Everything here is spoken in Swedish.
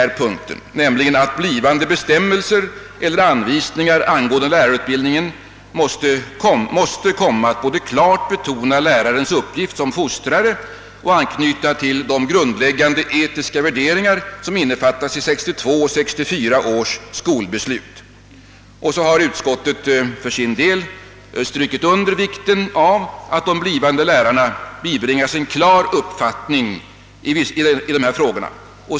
Utskottet säger sålunda att »blivande bestämmelser eller anvisningar angående lärarutbildningen måste komma att både klart betona lärarens uppgift som fostrare och anknyta till de grundläggande etiska värderingar som innefattas i 1962 och 1964 års skolbeslut.» Vidare har utskottet betonat vikten av att de blivande lärarna bibringas en klar uppfattning i dessa frågor.